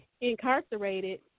incarcerated